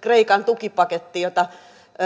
kreikan tukipaketti soini ykkönen jota